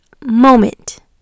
moment